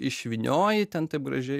išvynioji ten taip gražiai